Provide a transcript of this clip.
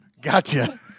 Gotcha